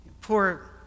Poor